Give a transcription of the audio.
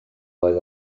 oedd